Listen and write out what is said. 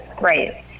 right